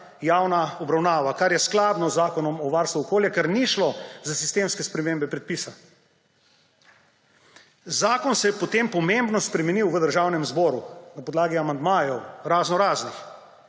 javna obravnava, kar je skladno z Zakonom o varstvu okolja, ker ni šlo za sistemske spremembe predpisa. Zakon se je potem pomembno spremenil v Državnem zboru na podlagi raznoraznih